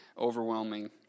overwhelming